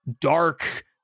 dark